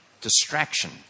distraction